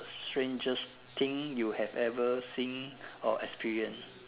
strangest thing you have ever seen or experienced